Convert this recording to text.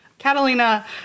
Catalina